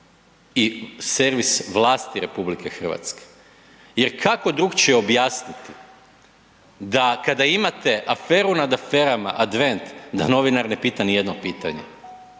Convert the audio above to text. i servis vlasti RH jer kako drukčije objasnit da kada imate aferu nad aferama advent da novinar ne pita nijedno pitanje.